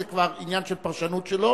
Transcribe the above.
זה כבר עניין של פרשנות שלו,